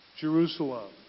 Jerusalem